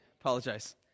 Apologize